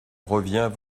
revient